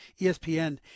ESPN